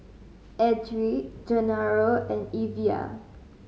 Edrie Genaro and Evia